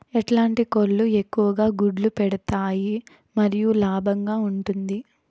ఎట్లాంటి కోళ్ళు ఎక్కువగా గుడ్లు పెడతాయి మరియు లాభంగా ఉంటుంది?